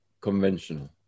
conventional